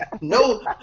No